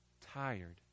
tired